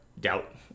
doubt